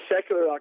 secular